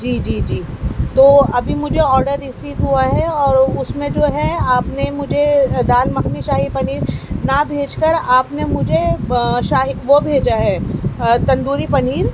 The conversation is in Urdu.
جی جی جی تو ابھی مجھے آرڈر ریسیو ہوا ہے اور اس میں جو ہے آپ نے مجھے دال مکھنی شاہی پنیر نہ بھیج کر آپ نے مجھے شاہی وہ بھیجا ہے تندوری پنیر